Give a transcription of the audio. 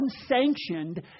unsanctioned